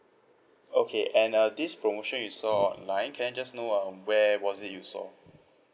okay and uh this promotion you saw online can I just know um where was it you saw